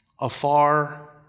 Afar